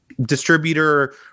distributor